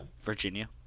Virginia